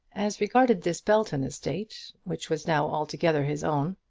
as regarded this belton estate, which was now altogether his own,